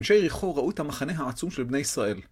אנשי יריחו ראו את המחנה העצום של בני ישראל.